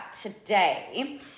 today